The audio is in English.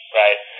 right